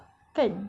kan